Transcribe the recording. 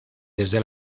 desde